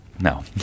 No